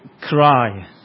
cry